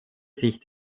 sich